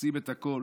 עושים את הכול.